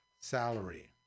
salary